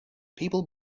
people